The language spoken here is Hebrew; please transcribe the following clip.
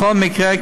בכל מקרה,